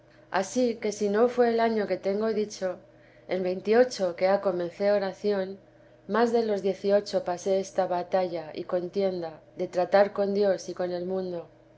ansí que si no fué el año que tengo dicho en ventiocho que ha comencé oración más de los dieciocho pasé esta batalla y contienda de tratar con dios y con el mundo